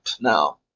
Now